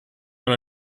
oder